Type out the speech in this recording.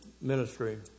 Ministry